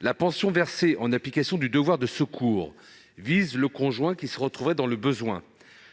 La pension versée en application du devoir de secours vise le conjoint qui se retrouverait dans le besoin.